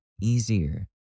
easier